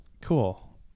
Cool